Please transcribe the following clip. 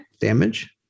damage